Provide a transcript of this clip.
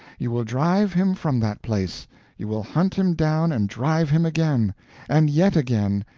you will drive him from that place you will hunt him down and drive him again and yet again,